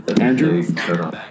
Andrew